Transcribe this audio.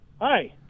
Hi